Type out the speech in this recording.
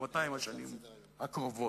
ב-200 השנים הקרובות,